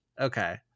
Okay